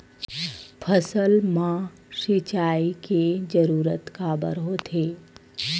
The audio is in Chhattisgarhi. फसल मा सिंचाई के जरूरत काबर होथे?